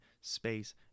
space